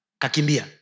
Kakimbia